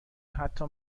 حتی